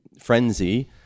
frenzy